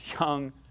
Young